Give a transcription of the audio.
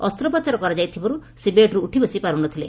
ଅସ୍ଚୋପଚାର କରାଯାଇଥିବାରୁ ସେ ବେଡ୍ରୁ ଉଠି ବସି ପାରୁ ନ ଥିଲେ